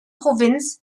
provinz